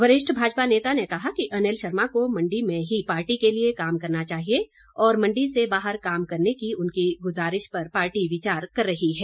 वरिष्ठ भाजपा नेता ने कहा कि अनिल शर्मा को मंडी में ही पार्टी के लिए काम करना चाहिए और मंडी से बाहर काम करने की उनकी गुजारिश पर पार्टी विचार कर रही है